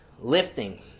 lifting